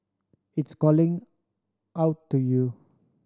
it's calling out to you